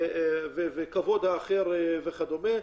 כבוד האחר וכדומה.